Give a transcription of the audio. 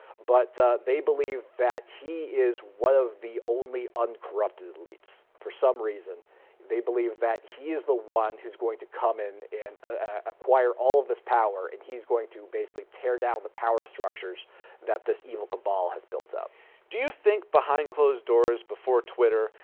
but they believe that he is one of the only uncorrupted elites. for some reason they believe that he is the one who's going to come in and acquire all of this power and he's going to basically tear down the power structures that this evil cabal has built up. heffner do you think behind closed doors, before twitter,